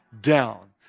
Down